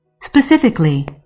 specifically